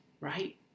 right